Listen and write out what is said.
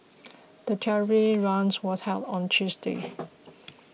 the charity run was held on a Tuesday